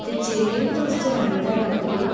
ते जल्लै बी तुस चनैनी दा टपगे